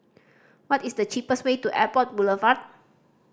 what is the cheapest way to Airport Boulevard